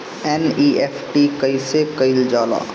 NEFT कइसे कइल जाला?